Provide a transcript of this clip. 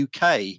UK